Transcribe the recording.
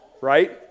right